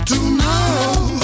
Tomorrow